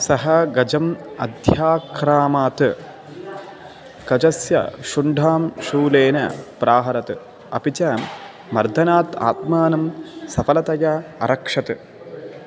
सः गजम् अत्याक्रामीत् गजस्य शुण्ढां शूलेन प्राहरत् अपि च मर्दनात् आत्मानं सफलतया अरक्षत्